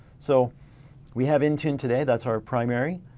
so we have intune today, that's our primary.